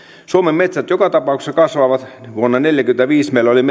suomen metsät joka tapauksessa kasvavat vuonna neljäkymmentäviisi meillä oli